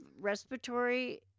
respiratory